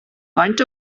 faint